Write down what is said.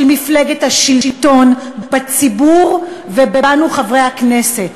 מפלגת השלטון בציבור ובנו חברי הכנסת,